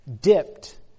dipped